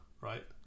right